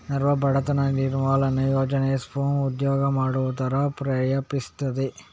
ನರ್ಮ್ ಬಡತನ ನಿರ್ಮೂಲನೆ ಯೋಜನೆ ಸ್ವ ಉದ್ಯೋಗ ಮಾಡುವ ತರ ಪ್ರೇರೇಪಿಸ್ತದೆ